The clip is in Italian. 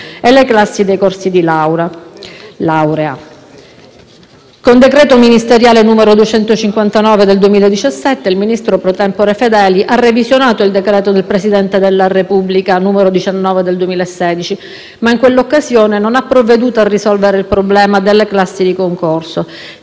musicale e coreutica»; con decreto ministeriale n. 259 del 2017, il ministro *pro tempore* Fedeli ha revisionato il decreto del Presidente della Repubblica n. 19 del 2016, ma in quell'occasione non ha provveduto a risolvere il problema delle classi di concorso